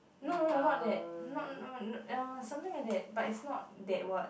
no no no not that no no uh something like that but is not that word